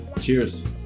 cheers